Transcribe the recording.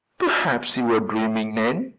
perhaps you were dreaming, nan,